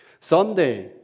Someday